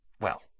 Well